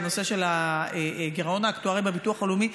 בנושא של הגירעון האקטוארי בביטוח הלאומי,